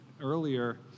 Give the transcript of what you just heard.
earlier